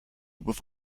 with